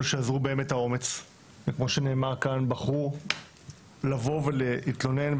שאזרו בהם את האומץ וכמו שנאמר כאן בחרו לבוא ולהתלונן,